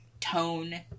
tone